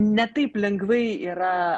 ne taip lengvai yra